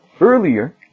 Earlier